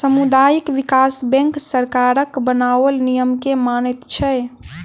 सामुदायिक विकास बैंक सरकारक बनाओल नियम के मानैत छै